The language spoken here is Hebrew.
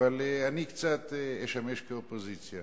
אבל אני קצת אשמש כאופוזיציה.